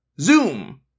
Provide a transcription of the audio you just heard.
Zoom